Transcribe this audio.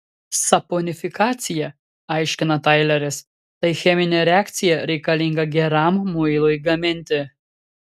saponifikacija aiškina taileris tai cheminė reakcija reikalinga geram muilui gaminti